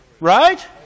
Right